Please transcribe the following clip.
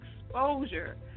exposure